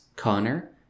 Connor